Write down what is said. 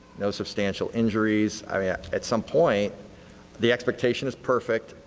no substantial injuries. i mean, at some point the expectation is perfect.